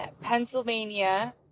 Pennsylvania